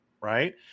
right